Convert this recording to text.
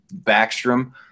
Backstrom